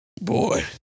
Boy